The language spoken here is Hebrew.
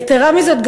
יתרה מזאת,